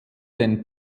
den